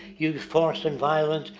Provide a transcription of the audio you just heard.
used force and violence.